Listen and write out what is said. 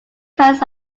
colors